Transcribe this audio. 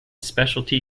specialty